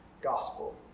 gospel